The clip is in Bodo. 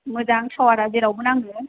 मोजां टावारा जेरावबो नाङो